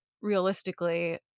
realistically